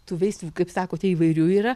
tų veislių kaip sakote įvairių yra